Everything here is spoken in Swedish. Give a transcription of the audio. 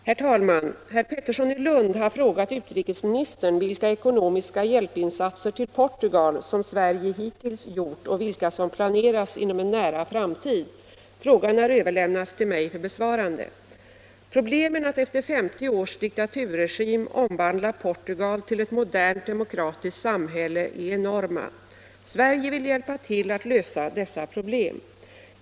Herr talman! Herr Pettersson i Lund har frågat utrikesministern vilka ekonomiska hjälpinsatser till Portugal som Sverige hittills gjort och vilka som planeras inom en nära framtid. Frågan har överlämnats till mig för besvarande. Problemen att efter femtio års diktaturregim omvandla Portugal till ett modernt, demokratiskt samhälle är enorma. Sverige vill hjälpa till att lösa dessa problem.